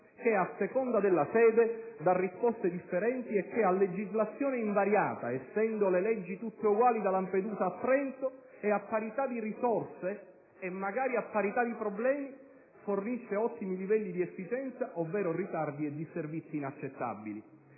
che, a seconda della sede, dà risposte differenti e che, a legislazione invariata - essendo le leggi tutte uguali da Lampedusa a Trento - e a parità di risorse e magari a parità di problemi, fornisce ottimi livelli di efficienza ovvero ritardi e disservizi inaccettabili.